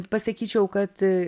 pasakyčiau kad